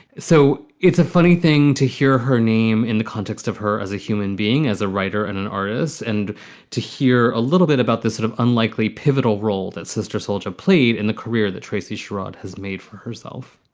so it's a funny thing to hear her name in the context of her as a human being, as a writer and an artist. and to hear a little bit about this sort of unlikely pivotal role that sister souljah played in the career that tracy charade has made for herself